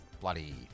bloody